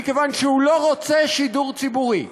מכיוון שהוא לא רוצה שידור ציבורי.